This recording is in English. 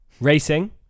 Racing